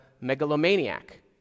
megalomaniac